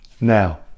Now